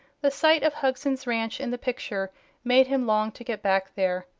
the sight of hugson's ranch in the picture made him long to get back there.